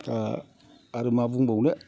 आरो मा बुंबावनो